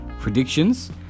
predictions